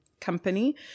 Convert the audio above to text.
company